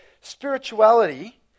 Spirituality